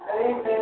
Amen